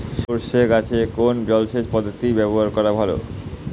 সরষে গাছে কোন জলসেচ পদ্ধতি ব্যবহার করা ভালো?